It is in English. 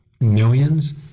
millions